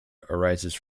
arises